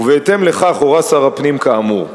ובהתאם לכך הורה שר הפנים כאמור.